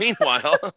Meanwhile